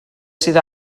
sydd